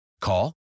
Call